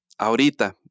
ahorita